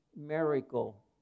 miracle